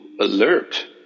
alert